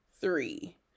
three